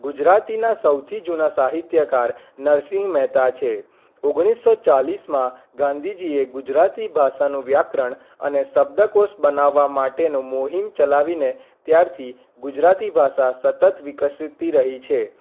ગુજરાતીના સૌથી જૂના સાહિત્યકાર નરસિંહ મહેતા છે ઓગણીસો ચાલીસમાં ગાંધીજીએ ગુજરાતી ભાષાનું વ્યાકરણ અને શબ્દકોષ બનાવવા માટેનું મુહિમ ચલાવીને ત્યારથી ગુજરાતી ભાષા સતત વિકસતી રહી છે